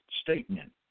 statement